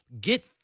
get